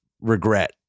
regret